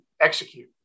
execute